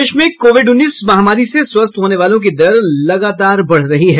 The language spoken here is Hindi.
प्रदेश में कोविड उन्नीस महामारी से स्वस्थ होने वालों की दर लगातार बढ़ रही है